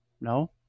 no